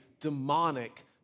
demonic